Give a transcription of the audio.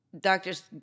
doctors